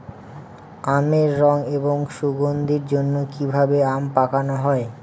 আমের রং এবং সুগন্ধির জন্য কি ভাবে আম পাকানো হয়?